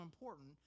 important